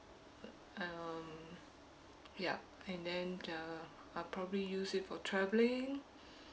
I um ya and then um I probably use it for traveling